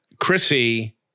chrissy